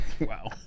Wow